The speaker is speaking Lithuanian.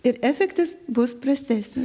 ir efektas bus prastesnis